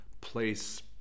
place